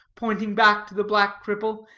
pointing back to the black cripple,